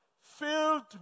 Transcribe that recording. filled